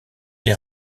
des